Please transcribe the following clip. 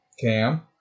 Cam